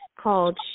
called